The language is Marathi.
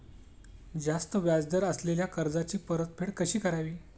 जास्त व्याज दर असलेल्या कर्जाची परतफेड कशी करावी?